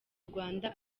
rwanda